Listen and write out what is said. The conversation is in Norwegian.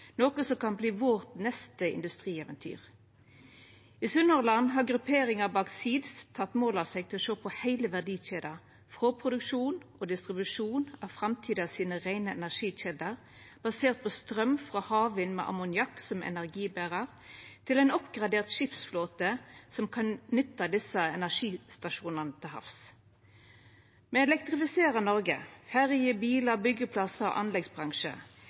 noko som kan verta vårt neste industrieventyr. I Sunnhordland har grupperinga bak ZEEDS teke mål av seg til å sjå på heile verdikjeda, frå produksjon og distribusjon av framtidas reine energikjelder, baserte på straum frå havvind med ammoniakk som energiberar, til ein oppgradert skipsflåte som kan nytta desse energistasjonane til havs. Me elektrifiserer Noreg – ferjer, bilar, byggjeplassar, anleggsbransje. Me bestiller nye propellfly for levering i 2030, og